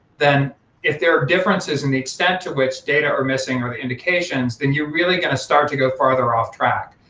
then if there are differences in the extent to which data are missing or the indications, then you've really got to start to go further off track.